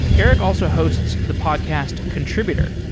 eric also hosts the podcast contributor,